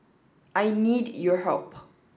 I need your help